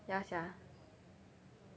ya sia